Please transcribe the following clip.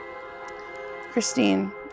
Christine